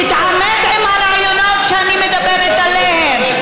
תתעמת עם הרעיונות שאני מדברת עליהם,